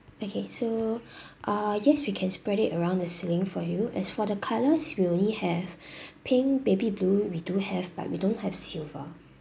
okay so uh yes we can spread it around the ceiling for you as for the colours we only have pink baby blue we do have but we don't have silver